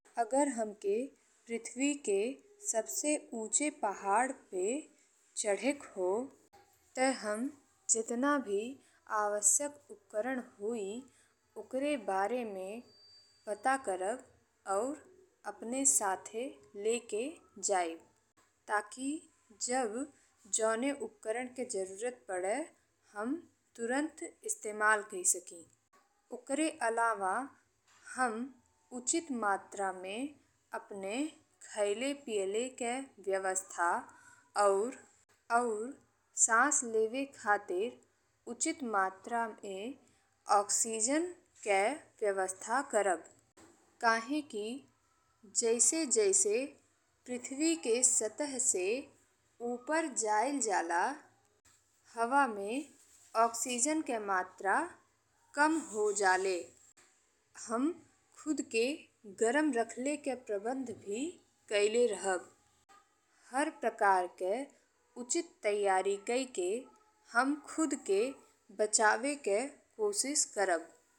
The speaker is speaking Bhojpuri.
अगर हमके पृथ्वी के सबसे ऊंचे पहाड़ पे चढ़े के हो ते हम जेतना भी आवश्यक उपकरण होई ओकर बारे में पता करब और अपने साथे लेके जाइब ताकि जब जौने उपकरण के जरूरत पड़े हम तुरतं इस्तेमाल कइ सकी। ओकर अलावा हम उच्चतर में अपने खइले पिएले के व्यवस्था और और सांस लेवे खातिर उचित मात्रा में ऑक्सीजन के व्यवस्था करब। काहेकी जइसे जइसे पृथ्वी के सतह से ऊपर जाइला हवा में ऑक्सीजन के मात्रा कम हो जाले। हम खुद के गरम राखले के प्रबंध भी कईले रहब। हर प्रकार के उचित तैयारी कइ के हम खुद के बचावे के कोशिश करब।